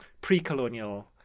pre-colonial